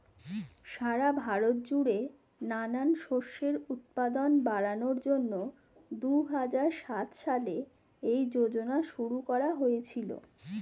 সারা ভারত জুড়ে নানান শস্যের উৎপাদন বাড়ানোর জন্যে দুহাজার সাত সালে এই যোজনা শুরু করা হয়েছিল